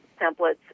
templates